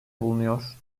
bulunuyor